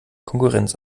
konkurrenz